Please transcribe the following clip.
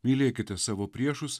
mylėkite savo priešus